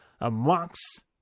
amongst